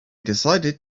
decided